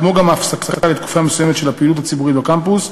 כמו גם הפסקה לתקופה מסוימת של הפעילות הציבורית בקמפוס,